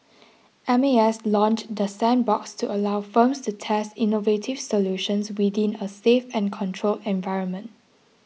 M A S launched the sandbox to allow firms to test innovative solutions within a safe and controlled environment